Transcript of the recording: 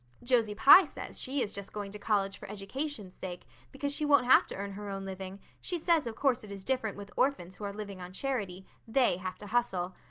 josie pye says she is just going to college for education's sake, because she won't have to earn her own living she says of course it is different with orphans who are living on charity they have to hustle.